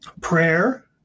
prayer